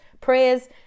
prayers